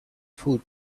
food